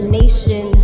nation